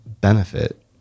benefit